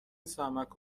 سمعک